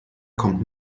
kommt